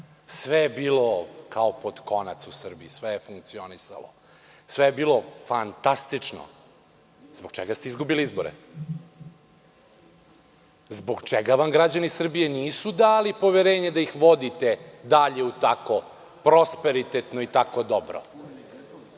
sve je bilo kao pod konac u Srbiji, sve je funkcionisalo, sve je bilo fantastično, zbog čega ste izgubili izbore? Zbog čega vam građani Srbije nisu dali poverenje da ih vodite dalje tako prosperitetno i tako dobro?I